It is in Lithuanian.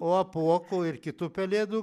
o apuokų ir kitų pelėdų